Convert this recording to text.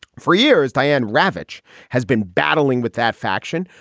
for years, diane ravitch has been battling with that faction,